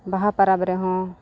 ᱵᱟᱦᱟ ᱯᱚᱨᱚᱵᱽ ᱨᱮᱦᱚᱸ